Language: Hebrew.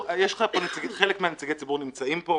חלק מנציגי הציבור נמצאים פה,